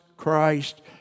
Christ